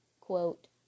quote